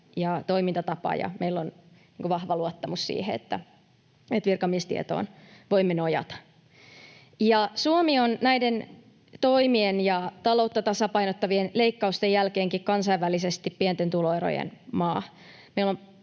ja toimintatapa, ja meillä on vahva luottamus siihen, että virkamiestietoon voimme nojata. Suomi on näiden toimien ja taloutta tasapainottavien leikkausten jälkeenkin kansainvälisesti pienten tuloerojen maa.